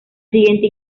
siguiente